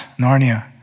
Narnia